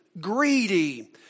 greedy